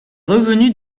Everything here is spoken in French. revenus